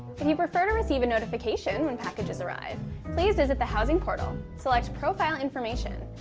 and you prefer to receive a notification when packages arrive please visit the housing portal select profile information,